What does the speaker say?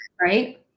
right